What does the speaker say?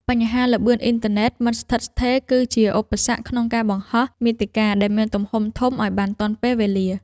បញ្ហាល្បឿនអ៊ីនធឺណិតមិនស្ថិតស្ថេរ គឺជាឧបសគ្គក្នុងការបង្ហោះមាតិកាដែលមានទំហំធំឱ្យបានទាន់ពេលវេលា។